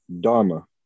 Dharma